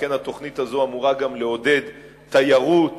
שכן התוכנית הזאת אמורה גם לעודד תיירות